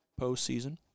postseason